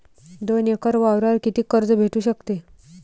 दोन एकर वावरावर कितीक कर्ज भेटू शकते?